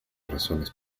razones